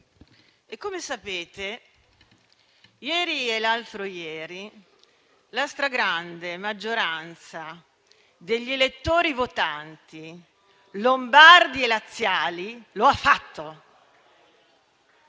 Come sapete, ieri e l'altro ieri la stragrande maggioranza degli elettori votanti lombardi e laziali lo ha fatto!